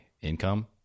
income